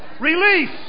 Release